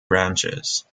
branches